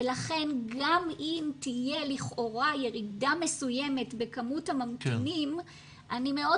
ולכן גם אם תהיה לכאורה ירידה מסוימת בכמות הממתינים אני מאוד